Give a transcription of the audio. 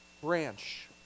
branch